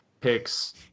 picks